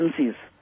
agencies